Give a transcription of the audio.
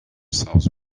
south